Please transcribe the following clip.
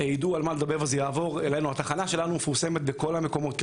יידעו על מה הוא מדבר וזה יעבור אלינו לתחנה שמפורסמת בכל המקומות,